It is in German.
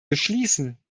beschließen